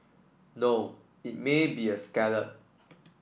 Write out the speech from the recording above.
no it may be a scallop